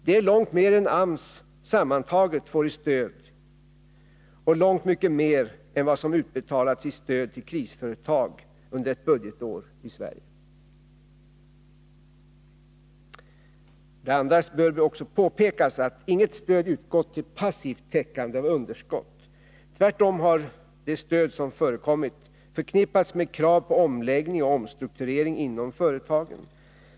Det är långt mer än AMS sammantaget får i stöd och långt mycket mer än vad som under ett budgetår i Sverige utbetalats i stöd till krisföretag. Det bör också påpekas att inget stöd har utgått till passivt täckande av underskott. Tvärtom har stödet förknippats med krav på omläggning och omstrukturering inom företagen.